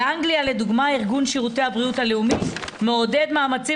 באנגליה לדוגמה ארגון שירותי הבריאות הלאומי מעודד מאמצים